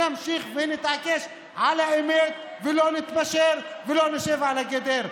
נמשיך ונתעקש על האמת ולא נתפשר ולא נשב על הגדר.